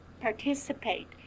Participate